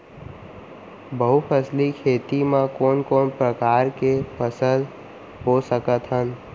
बहुफसली खेती मा कोन कोन प्रकार के फसल बो सकत हन?